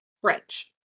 French